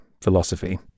philosophy